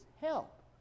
help